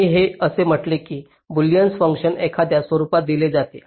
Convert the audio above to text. मी हे असे म्हटले आहे की बुलियन फंक्शन एखाद्या स्वरूपात दिले जाते